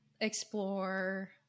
explore